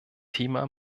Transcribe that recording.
thema